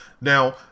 Now